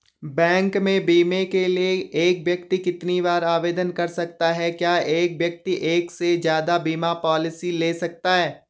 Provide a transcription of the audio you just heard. Bank में बीमे के लिए एक व्यक्ति कितनी बार आवेदन कर सकता है क्या एक व्यक्ति एक से ज़्यादा बीमा पॉलिसी ले सकता है?